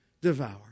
Devour